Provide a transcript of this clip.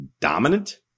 dominant